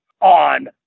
on